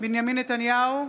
בנימין נתניהו,